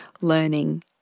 learning